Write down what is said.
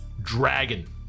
dragon